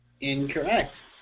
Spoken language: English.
Incorrect